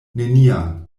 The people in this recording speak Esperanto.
nenian